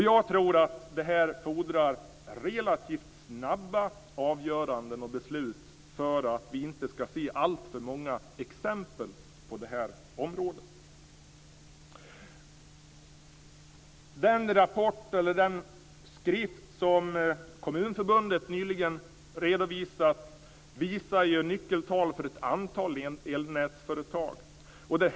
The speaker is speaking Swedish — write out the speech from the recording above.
Jag tror att detta fordrar relativt snabba avgöranden och beslut för att vi inte skall se alltför många exempel på detta område. Den skrift som Kommunförbundet nyligen redovisade visar nyckeltal för ett antal elnätsföretag.